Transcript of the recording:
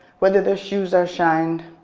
whether their shoes are shined,